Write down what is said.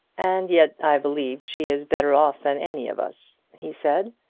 and yet i believe she is better off than any of us, he said,